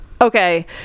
okay